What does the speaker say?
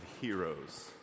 heroes